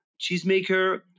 cheesemaker